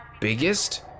biggest